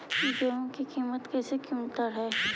गेहू के किमत कैसे क्विंटल है?